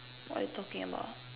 what you talking about